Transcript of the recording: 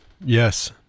Yes